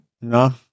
No